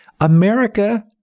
America